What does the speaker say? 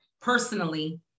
personally